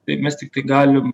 tai mes tiktai galim